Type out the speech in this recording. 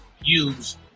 use